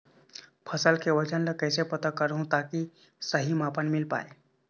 फसल के वजन ला कैसे पता करहूं ताकि सही मापन मील पाए?